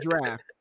draft